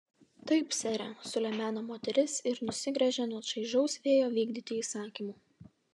taip sere sulemeno moteris ir nusigręžė nuo čaižaus vėjo vykdyti įsakymų